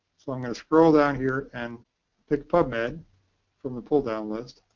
so i'm going to scroll down here and pick pubmed from the pull-down list.